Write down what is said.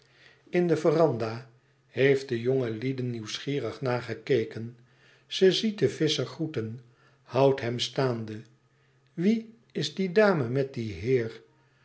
in de verandah heeft de jongelieden nieuwsgierig nagekeken ze ziet den visscher groeten houdt hem staande wie is die dame met dien heer